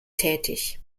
tätig